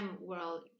world